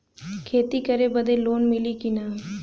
खेती करे बदे लोन मिली कि ना?